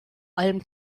allem